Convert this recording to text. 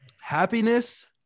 Happiness